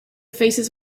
faces